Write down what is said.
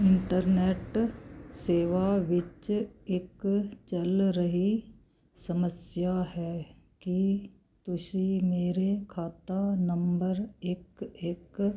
internet ਸੇਵਾ ਵਿੱਚ ਇੱਕ ਚੱਲ ਰਹੀ ਸਮੱਸਿਆ ਹੈ ਕੀ ਤੁਸੀਂ ਮੇਰੇ ਖਾਤਾ ਨੰਬਰ ਇੱਕ ਇੱਕ